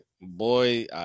boy